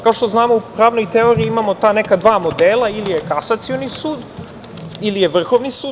Kao što znamo u pravnoj teoriji imamo ta dva neka modela ili je Kasacioni sud ili je Vrhovni sud.